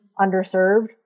underserved